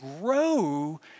grow